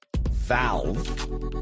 Valve